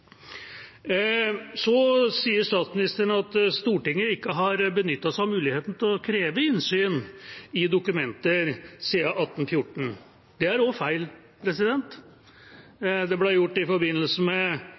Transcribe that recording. Så sier statsministeren at Stortinget ikke har benyttet seg av muligheten til å kreve innsyn i dokumenter siden 1814. Det er også feil. Det ble gjort i forbindelse med daværende forsvarsminister Quisling i 1932 og